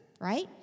right